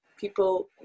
people